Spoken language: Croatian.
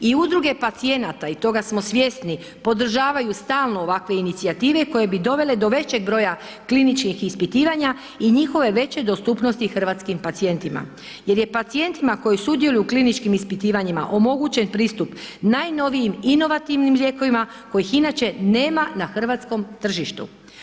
I udruge pacijenata i toga smo svjesni podržavaju stalno ovakve inicijative koje bi dovele do većeg broja kliničkih ispitivanja i njihove veće dostupnosti hrvatskim pacijentima, jer je pacijentima koji sudjeluju u kliničkim ispitivanjima omogućen pristup najnovijim inovativnim lijekovima kojih inače nema na hrvatskom tržištu.